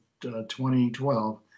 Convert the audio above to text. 2012